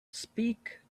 speak